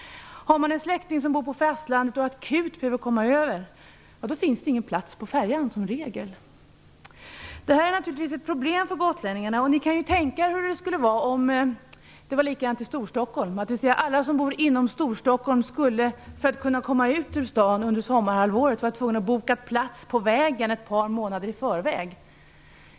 Har man en släkting som bor på fastlandet och akut behöver komma över dit, finns det som regel ingen plats på färjan. Det här är alltså ett problem för gotlänningarna, och ni kan tänka er hur det skulle vara om det vore likadant i Storstockholm, dvs. att alla som bor i Storstockholm skulle för att kunna komma ut ur staden under sommarhalvåret vara tvungna att boka plats på vägen ett par månader i förväg.